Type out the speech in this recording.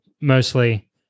mostly